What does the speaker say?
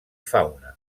fauna